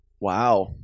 Wow